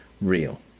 real